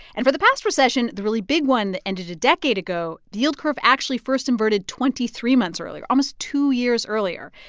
and for the past recession, the really big one ended a decade ago, the yield curve actually first inverted twenty three months earlier, almost two years earlier.